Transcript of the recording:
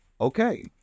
Okay